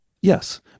yes